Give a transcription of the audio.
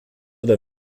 der